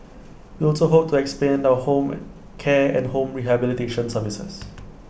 we also hope to expand our home care and home rehabilitation services